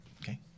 Okay